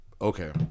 Okay